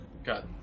Got